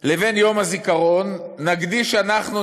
לבין יום הזכירון נקדיש אנחנו,